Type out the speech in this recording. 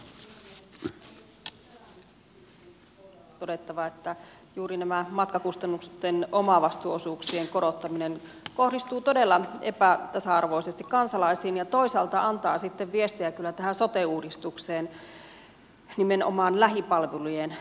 valitettavasti tämän esityksen kohdalla on todettava että juuri tämä matkakustannusten omavastuuosuuksien korottaminen kohdistuu todella epätasa arvoisesti kansalaisiin ja toisaalta antaa sitten viestiä kyllä tähän sote uudistukseen nimenomaan lähipalvelujen merkityksestä